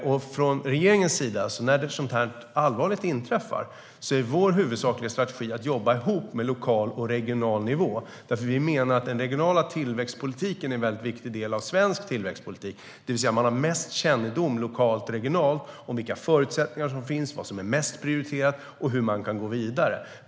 När något så här allvarligt inträffar är regeringens huvudsakliga strategi att jobba ihop med lokal och regional nivå, för vi menar att den regionala tillväxtpolitiken är en viktig del av svensk tillväxtpolitik, det vill säga att man har mest kännedom lokalt och regionalt om vilka förutsättningar som finns, vad som är mest prioriterat och hur man kan gå vidare.